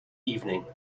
evening